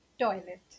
Toilet